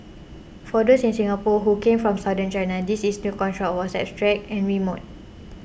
for those in Singapore who came from Southern China this is new construct was abstract and remote